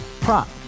Prop